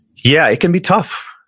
yeah, it can be tough.